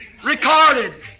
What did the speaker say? Recorded